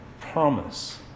promise